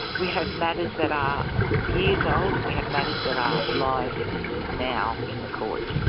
we have matters that are years old, and we have matters that are live now in the courts.